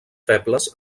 febles